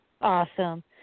Awesome